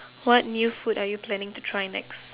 what new food are you planning to try next